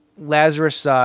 Lazarus